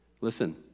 Listen